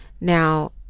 Now